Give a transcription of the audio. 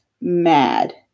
mad